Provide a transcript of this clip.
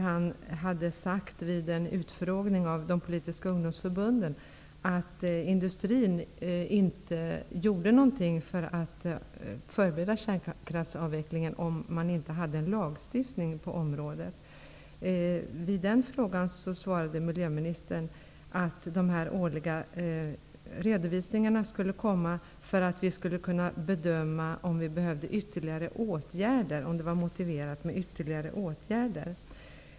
Han hade vid en utfrågning anordnad av de politiska ungdomsförbunden sagt att industrin inte gjorde någonting för att förbereda kärnkraftsavvecklingen om man inte hade en lagstiftning på området. Miljöministern svarade då att de årliga redovisningarna skulle komma, för att vi skulle kunna bedöma om det var motiverat med ytterligare åtgärder.